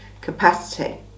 capacity